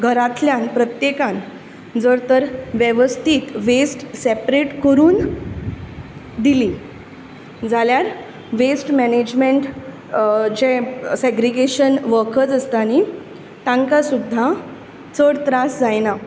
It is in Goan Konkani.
घरातल्यान प्रत्येकान जर तर वेवस्तीत वेस्ट सेपरैट करून दिली जाल्यार वेस्ट मैनिज्मन्ट जे सेग्रिगेशन वर्कर्स आसता न्ही तांकां सुद्दां चड त्रास जायना